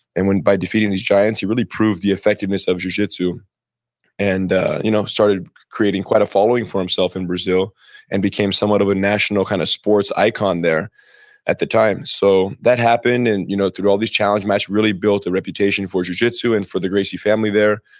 and by defeating these giants he really prove the effectiveness of jujitsu and you know started creating quite a following for himself in brazil and became somewhat of a national kind of sports icon there at the time so that happened and you know through all these challenges, match really built a reputation for jujitsu and for the gracie family there.